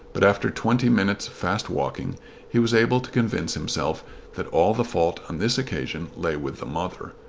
but after twenty minutes' fast walking he was able to convince himself that all the fault on this occasion lay with the mother.